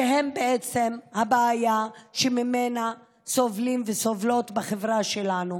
שהם בעצם הבעיה שממנה סובלים וסובלות בחברה שלנו.